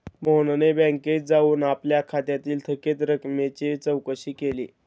मोहनने बँकेत जाऊन आपल्या खात्यातील थकीत रकमेची चौकशी केली